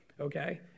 okay